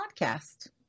podcast